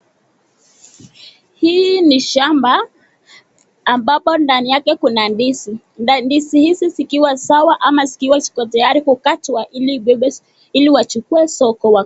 Hii ni shamba ambapo ndani yake kuna ndizi na ndizi hizi zikiwa sawa ama zikiwa tayari kukatwa ili abebe soko